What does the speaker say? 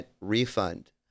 refund